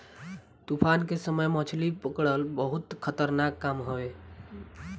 तूफान के समय मछरी पकड़ल बहुते खतरनाक काम हवे